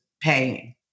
paying